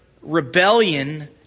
rebellion